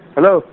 Hello